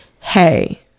hey